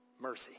Mercy